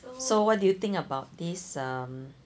so what do you think about this uh